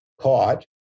caught